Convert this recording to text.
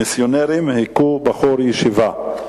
מיסיונרים הכו בחור ישיבה.